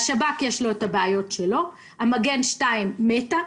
לשב"כ יש את הבעיות שלו, המגן 2 מתה,